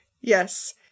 yes